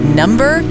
number